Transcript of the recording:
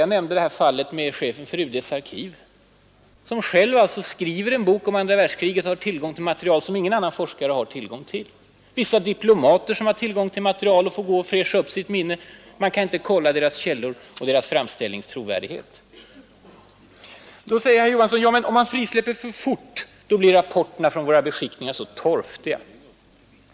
Jag nämnde att chefen för UD:s arkiv själv skriver en bok om andra världskriget och därvid har tillgång till material som inga andra får se. Vissa diplomater har också tillgång till material och kan fräscha upp sitt minne, men andra kan inte kolla deras källor och deras framställnings trovärdighet. Herr Johansson i Trollhättan sade att om man frisläpper materialet för fort, så blir rapporterna från våra beskickningar ”torftiga”.